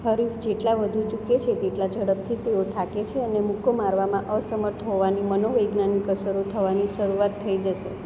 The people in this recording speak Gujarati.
હરીફ જેટલા વધુ ચૂકે છે તેટલા ઝડપથી તેઓ થાકે છે અને મુક્કો મારવામાં અસમર્થ હોવાની મનોવૈજ્ઞાનિક અસરો થવાની શરૂઆત થઇ જશે